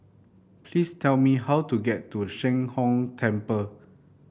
please tell me how to get to Sheng Hong Temple